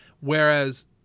Whereas